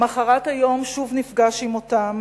למחרת היום שוב נפגש אתם,